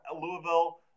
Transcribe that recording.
Louisville